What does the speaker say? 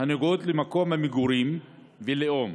הנוגעות למקום המגורים והלאום